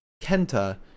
Kenta